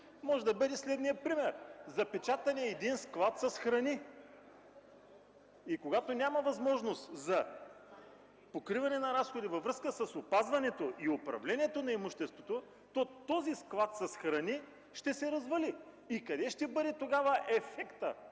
може да бъде следният пример: запечатан е склад с храни. Когато няма възможност за покриване на разходи във връзка с опазването и управлението на имуществото, този склад с храни ще се развали. Къде ще бъде тогава ефектът